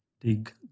dig